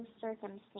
circumstance